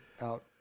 Out